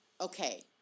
okay